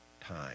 time